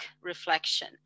reflection